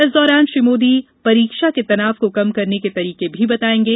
इस दौरान श्री मोदी परीक्षा के तनाव को कम करने के तरीके भी बतायेंगे